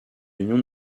l’union